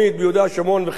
שומרון ובחבל-עזה,